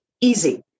easy